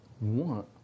want